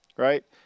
right